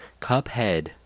cuphead